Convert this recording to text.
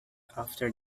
after